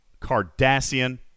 Cardassian